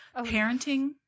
Parenting